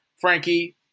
Frankie